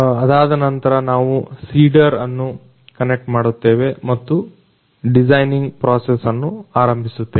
ಅದಾದ ನಂತರ ನಾವು ಸೀಡರ್ ಅನ್ನು ಕನೆಕ್ಟ್ ಮಾಡುತ್ತೇವೆ ಮತ್ತು ಡಿಸೈನಿಂಗ್ ಪ್ರಾಸೆಸ್ ಅನ್ನು ಆರಂಭಿಸುತ್ತೇವೆ